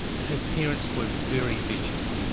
her parents were very vigilant.